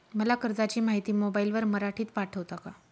मला कर्जाची माहिती मोबाईलवर मराठीत पाठवता का?